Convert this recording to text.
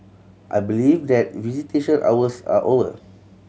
I believe that visitation hours are over